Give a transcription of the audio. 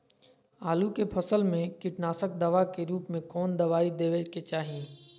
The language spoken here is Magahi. आलू के फसल में कीटनाशक दवा के रूप में कौन दवाई देवे के चाहि?